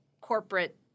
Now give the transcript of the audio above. corporate